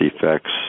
defects